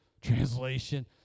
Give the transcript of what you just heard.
translation